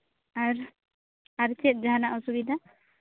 ᱟᱨ ᱟᱨ ᱪᱮᱫ ᱡᱟᱦᱟᱱᱟᱜ ᱚᱥᱩᱵᱤᱫᱟ